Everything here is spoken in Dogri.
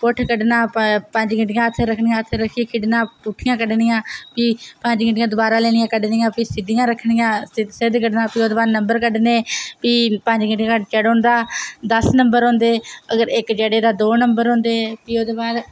पुट्ठ कड्ढना पंज गीह्टियां हत्थै पर रक्खनियां हत्थै पर रक्खियै पुट्ठे कड्ढना प्ही पंज गीह्टियां दोबारै लैनियां कड्ढनियां सिद्धियां कड्ढनियां सिद्ध कड्ढना प्ही ओह्दे बाद नंबर कड्ढने प्ही पंज गीह्टी दा होंदा प्ही दस्स नंबर होंदे अगर इक्क जेहड़े तां दौं नंबर होंदे प्ही ओह्दे बाद